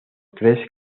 tres